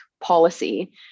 policy